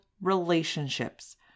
relationships